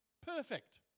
perfect